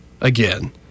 again